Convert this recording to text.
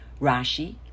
Rashi